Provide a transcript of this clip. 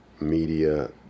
media